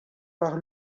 par